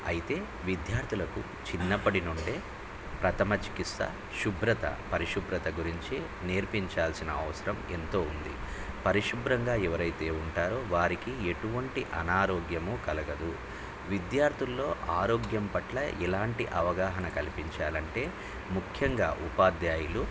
అయితే విద్యార్థులకు చిన్నప్పటి నుండే ప్రథమ చికిత్స శుభ్రత పరిశుభ్రత గురించి నేర్పించాల్సిన అవసరం ఎంతో ఉంది పరిశుభ్రంగా ఎవరైతే ఉంటారో వారికి ఎటువంటి అనారోగ్యము కలగదు విద్యార్థుల్లో ఆరోగ్యం పట్ల ఎలాంటి అవగాహన కల్పించాలంటే ముఖ్యంగా ఉపాధ్యాయులు